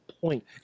point